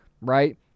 right